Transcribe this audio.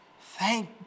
Thank